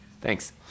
thanks